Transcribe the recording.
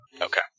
Okay